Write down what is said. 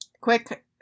quick